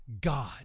God